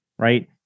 Right